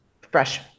fresh